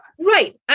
Right